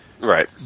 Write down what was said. right